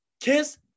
Kiss